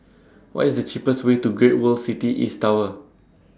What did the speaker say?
What IS cheapest Way to Great World City East Tower